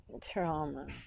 trauma